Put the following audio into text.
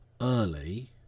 early